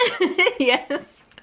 Yes